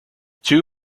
two